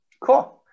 Cool